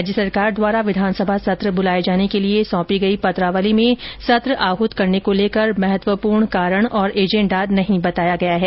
राज्य सरकार द्वारा विधानसभा सत्र बुलाए जाने के लिए सौंपी गई पत्रावली में सत्र आहुत करने को लेकर महत्वपूर्ण कारण और एजेंडा नहीं बताया गया है